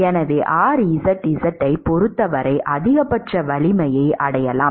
எனவே rzz ஐப் பொறுத்தவரை அதிகபட்ச வலிமையை அடையலாம்